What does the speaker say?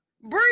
Breathe